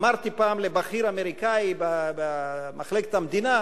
אמרתי פעם לבכיר אמריקני במחלקת המדינה,